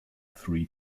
three